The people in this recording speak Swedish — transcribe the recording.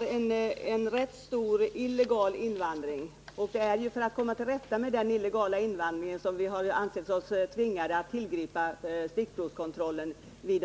Det förekommer en rätt stor illegal invandring, och det är för att komma till rätta med denna illegala invandring som vi har ansett oss tvingade att tillgripa stickprovskontroll vid